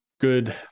good